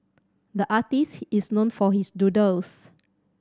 the artist is known for his doodles